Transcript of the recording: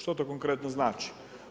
Što to konkretno znači?